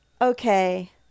Okay